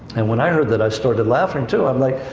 and when i heard that, i started laughing, too. i'm like,